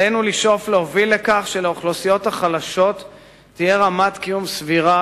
עלינו לשאוף ולהוביל לכך שלאוכלוסיות החלשות תהיה רמת קיום סבירה